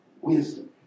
wisdom